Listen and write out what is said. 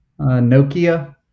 Nokia